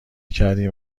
کردیم